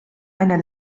einer